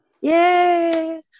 Yay